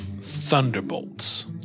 thunderbolts